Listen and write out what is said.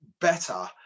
better